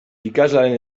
ikaslearen